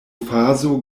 fazo